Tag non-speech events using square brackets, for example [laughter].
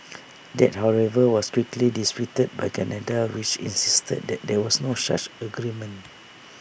[noise] that however was quickly disputed by Canada which insisted that there was no such agreement